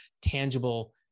tangible